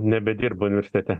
nebedirbu universitete